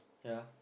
yeah